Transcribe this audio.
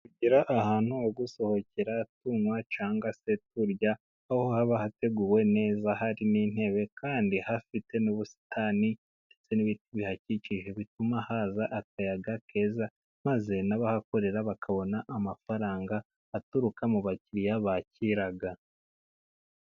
Tugera ahantu ho gusohokera, tunywa cyangwa se turya aho haba hateguwe neza, hari n'intebe kandi hafite n'ubusitani, ndetse n'ibiti bihakikije bituma haza akayaga keza, maze n'abahakorera bakabona amafaranga aturuka mu bakiriya bakira.